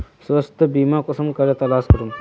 स्वास्थ्य बीमा कुंसम करे तलाश करूम?